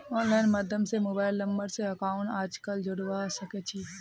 online माध्यम स mobile number स अकाउंटक आजकल जोडवा सके छी